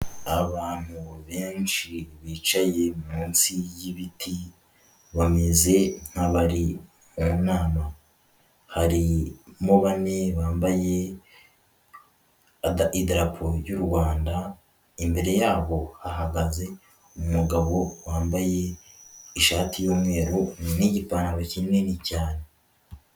Abantu benshi bicaye munsi y'ibiti, bameze nk'abari mu nama. Harimo bane bambaye idarapo ry'u Rwanda, imbere yabo hahagaze umugabo wambaye ishati y'umweru n'igipantaro kinini cyane.